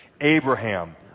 abraham